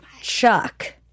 Chuck